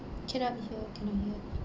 cannot hear cannot hear